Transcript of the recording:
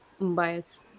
bias